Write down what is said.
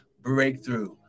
breakthrough